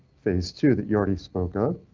phase two that you already spoke up.